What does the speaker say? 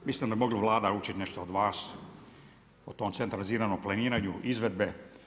Mislim da bi mogla Vlada učiti od vas o tom centraliziranom planiranju izvedbe.